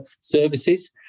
services